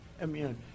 Immune